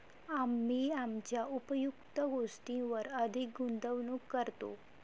आम्ही आमच्या उपयुक्त गोष्टींवर अधिक गुंतवणूक करतो